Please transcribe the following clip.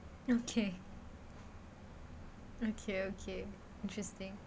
okay okay okay interesting